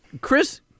Chris